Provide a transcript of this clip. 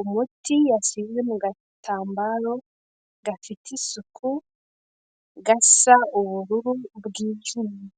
umuti yasize mu gatambaro gafite isuku gasa ubururu bwijimye.